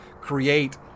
create